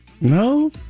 no